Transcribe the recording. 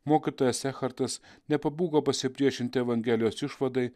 mokytojas echartas nepabūgo pasipriešinti evangelijos išvadai